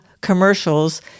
commercials